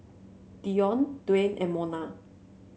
Dionne Dwaine and Monna